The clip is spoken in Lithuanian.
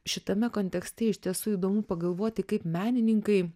šitame kontekste iš tiesų įdomu pagalvoti kaip menininkai